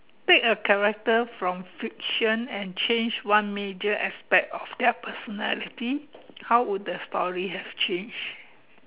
take a character from friction and change one major aspect of their personality how would the story have changed